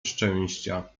szczęścia